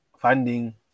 funding